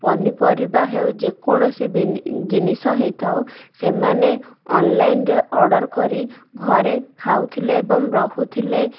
ପନିପରିବା ହେଉ ଯେକୌଣସି ବି ଜିନିଷ ହେଇଥାଉ ସେମାନେ ଅନଲାଇନ୍ରେ ଅର୍ଡ଼ର କରି ଘରେ ଖାଉଥିଲେ ଏବଂ ରହୁଥିଲେ